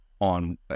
on